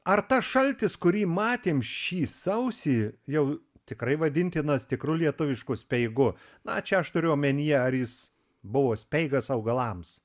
ar tas šaltis kurį matėm šį sausį jau tikrai vadintinas tikru lietuvišku speigu na čia aš turiu omenyje ar jis buvo speigas augalams